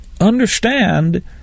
Understand